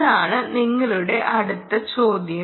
അതാണ് നിങ്ങളുടെ അടുത്ത ചോദ്യം